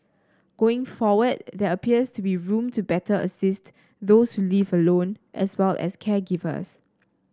going forward there appears to be room to better assist those who live alone as well as caregivers